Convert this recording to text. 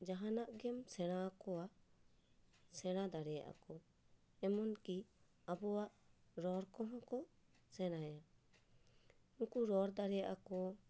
ᱡᱟᱦᱟᱱᱟᱜ ᱜᱮᱢ ᱥᱮᱬᱟᱣᱟᱠᱚᱣᱟ ᱥᱮᱬᱟ ᱫᱟᱲᱮᱭᱟᱜᱼᱟ ᱠᱚ ᱮᱢᱚᱱ ᱠᱤ ᱟᱵᱚᱣᱟᱜ ᱨᱚᱲ ᱠᱚᱦᱚᱸ ᱠᱚ ᱥᱮᱬᱟᱭᱟ ᱩᱱᱠᱩ ᱨᱚᱲ ᱫᱟᱲᱮᱭᱟᱠᱚ